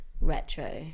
retro